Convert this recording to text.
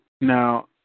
Now